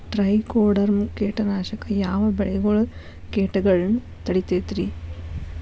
Trichoderma ಕೇಟನಾಶಕ ಯಾವ ಬೆಳಿಗೊಳ ಕೇಟಗೊಳ್ನ ತಡಿತೇತಿರಿ?